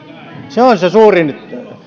se on se suurin